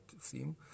theme